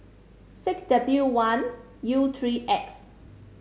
six W one U three X